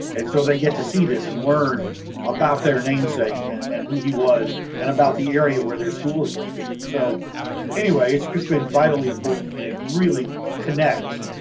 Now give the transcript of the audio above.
and so they get to see this and learn about their namesake and and who he was and about the area where their school is located, so anyway, it's just been vitally important and it really connects,